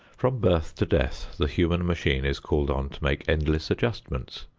from birth to death the human machine is called on to make endless adjustments.